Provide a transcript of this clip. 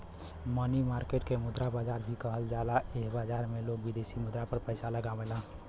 मनी market के मुद्रा बाजार भी कहल जाला एह बाजार में लोग विदेशी मुद्रा पर पैसा लगावेलन